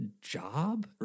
job